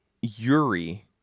Yuri